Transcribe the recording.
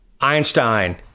Einstein